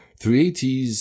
380s